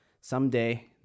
someday